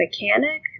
mechanic